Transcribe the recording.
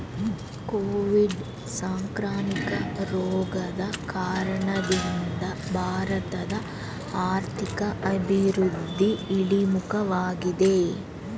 Covid ಸಾಂಕ್ರಾಮಿಕ ರೋಗದ ಕಾರಣದಿಂದ ಭಾರತದ ಆರ್ಥಿಕ ಅಭಿವೃದ್ಧಿ ಇಳಿಮುಖವಾಗಿದೆ